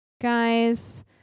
Guys